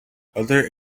other